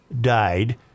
died